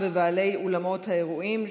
שבעה, אין מתנגדים ואין נמנעים.